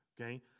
okay